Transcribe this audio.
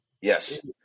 Yes